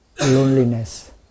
Loneliness